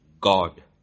God